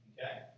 Okay